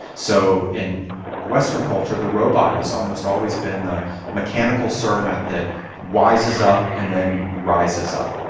so in western culture, the robot has almost always been the mechanical servant that wises up and then rises up.